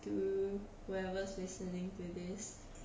to whoever is listening to this